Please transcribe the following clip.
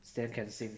then can sing